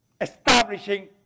establishing